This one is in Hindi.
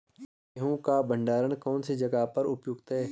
गेहूँ का भंडारण कौन सी जगह पर उपयुक्त है?